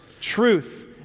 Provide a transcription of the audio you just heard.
truth